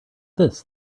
this